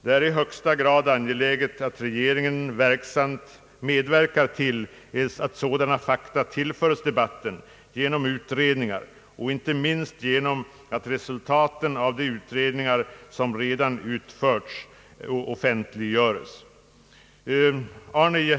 Det är i högsta grad angeläget att regeringen verksamt medverkar till att sådana fakta tillföres de batten genom utredningar och inte minst genom att resultaten av de utredningar som redan har utförts offentliggöres.